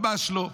ממש לא.